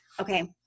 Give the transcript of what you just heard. Okay